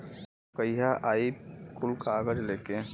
तब कहिया आई कुल कागज़ लेके?